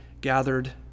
gathered